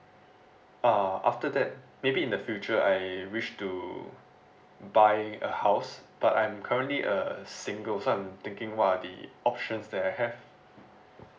ah after that maybe in the future I wish to buy a house but I'm currently uh single so I'm thinking what are the options that I have